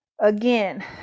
again